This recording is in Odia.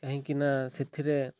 କାହିଁକି ନା ସେଥିରେ